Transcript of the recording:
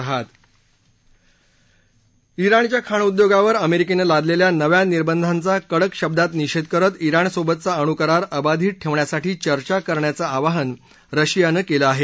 जिणच्या खाण उद्योगावर अमेरिकेनं लादलेल्या नव्या निर्बंधांचा कडक शब्दात निषेध करत जिणसोबतचा अणुकरार अबाधित ठेवण्यासाठी चर्चा करण्याचं आवाहन रशियानं केलं आहे